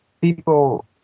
people